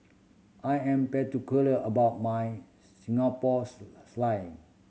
I am particular about my Singapore's